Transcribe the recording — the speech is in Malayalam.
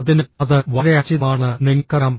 അതിനാൽ അത് വളരെ അനുചിതമാണെന്ന് നിങ്ങൾക്കറിയാം